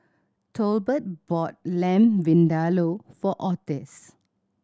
Tolbert bought Lamb Vindaloo for Otis